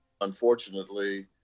Unfortunately